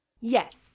Yes